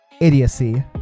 idiocy